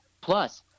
plus